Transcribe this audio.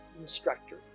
instructor